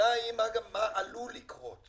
השאלה היא, מה עלול לקרות?